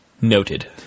Noted